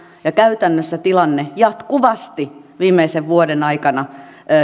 käytännössä tilanne on ollut jatkuvasti viimeisen vuoden aikana